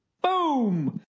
Boom